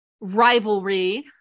rivalry